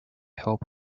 hope